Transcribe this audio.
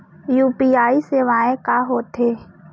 UPI सेवाएं का होथे